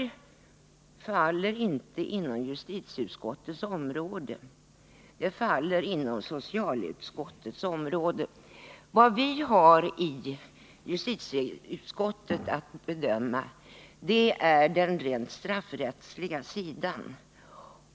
Detta faller inte inom justitieutskottets område. Det faller inom socialutskottets område. Vad vi i justitieutskottet har att bedöma är den rent straffrättsliga sidan.